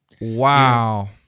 Wow